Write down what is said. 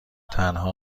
تنها